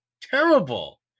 terrible